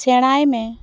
ᱥᱮᱬᱟᱭ ᱢᱮ